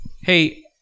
hey